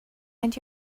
and